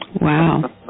Wow